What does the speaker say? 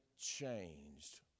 changed